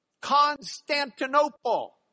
Constantinople